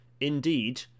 indeed